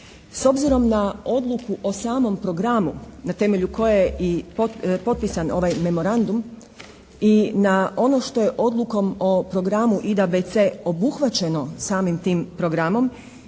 S obzirom na odluku o samom programu na temelju koje je i potpisan ovaj memorandum i na ono što je odlukom o programu IDABC obuhvaćeno samim tim programom